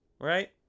Right